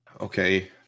Okay